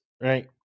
Right